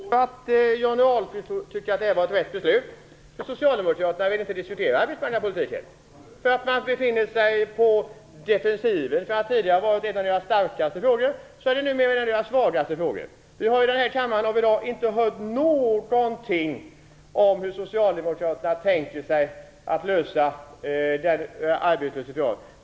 Fru talman! Jag förstår att Johnny Ahlqvist tycker att det var ett riktigt beslut. Socialdemokraterna vill inte diskutera arbetsmarknadspolitik. De befinner sig på defensiven. Från att tidigare ha varit en av era starkaste frågor är det nu en av era svagaste frågor. Vi har inte hört något här i kammaren i dag om hur socialdemokraterna tänker sig att lösa arbetslöshetsfrågan.